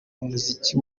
umuziki